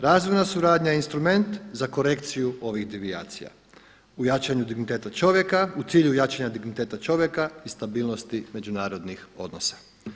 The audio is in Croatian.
Razvojna suradnja je instrument za korekciju ovih devijacija u jačanju digniteta čovjeka, u cilju jačanja digniteta čovjeka i stabilnosti međunarodnih odnosa.